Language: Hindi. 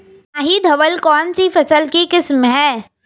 माही धवल कौनसी फसल की किस्म है?